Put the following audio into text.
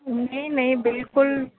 ਨਹੀਂ ਨਹੀਂ ਬਿਲਕੁਲ